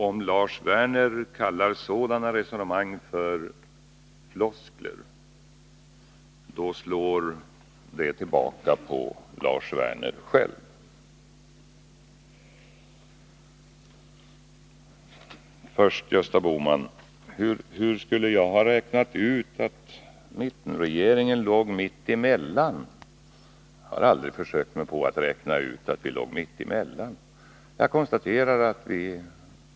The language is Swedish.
Om Lars Werner kallar sådana resonemang för floskler, då slår det tillbaka på honom själv. Gösta Bohman frågade hur jag skulle ha räknat ut att mittenregeringens förslag låg mitt emellan moderaternas och socialdemokraternas. Jag har aldrig försökt mig på att räkna ut att vi låg mitt emellan.